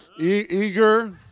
Eager